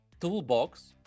toolbox